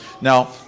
Now